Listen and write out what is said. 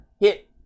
hit